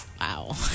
Wow